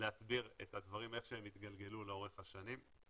להסביר את הדברים כפי שהם התגלגלו לאורך השנים.